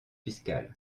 fiscal